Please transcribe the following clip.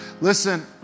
Listen